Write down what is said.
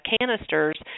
canisters